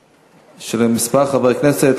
מס' 3035,